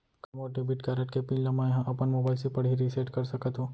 का मोर debit card के पिन ल मैं ह अपन मोबाइल से पड़ही रिसेट कर सकत हो?